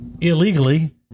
illegally